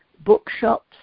bookshops